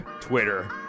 Twitter